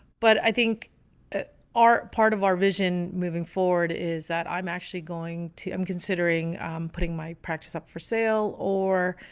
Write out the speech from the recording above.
but i think our part of our vision moving forward is that i'm actually going to i'm considering putting my practice up for sale. or,